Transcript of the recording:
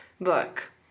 book